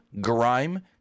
grime